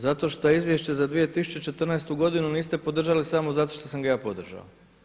Zato što Izvješće za 2014. godinu niste podržali samo zato što sam ga ja podržao.